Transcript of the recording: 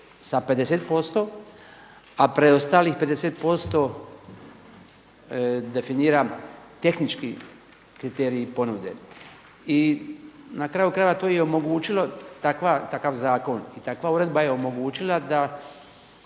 sa 50% a preostalih 50% definira tehnički kriteriji ponude. I na kraju krajeva to je i omogućilo takav zakon i takva uredba je omogućila da